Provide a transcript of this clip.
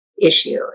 issue